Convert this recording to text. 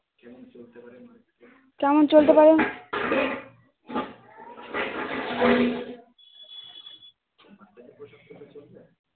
কেমন চলতে পারে